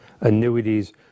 annuities